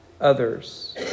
others